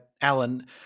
Alan